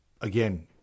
Again